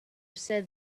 said